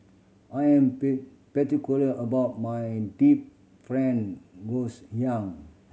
I'm pay particular about my deep fried ngoh hiang